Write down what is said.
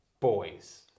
Boys